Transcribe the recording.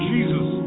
Jesus